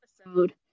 episode